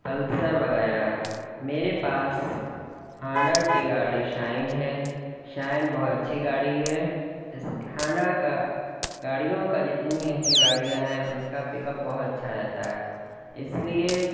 Pulsar وغیرہ میرے پاس ہانڈا کی گاڑی شائن ہے شائن بہت اچھی گاڑی ہے اس ہانڈا کا گاڑیوں کا جتنی ایسی گاڑیاں ہیں ان کا پک اپ بہت اچھا رہتا ہے اس لیے